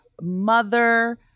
mother